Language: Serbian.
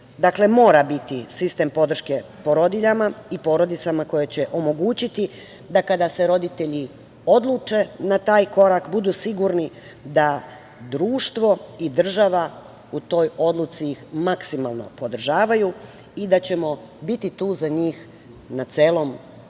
cilj mora biti sistem podrške porodiljama i porodicama koje će omogućiti da kada se roditelji odluče na taj korak budu sigurni da društvo i država u toj odluci maksimalno podržavaju i da ćemo biti tu za njih na celom tom putu,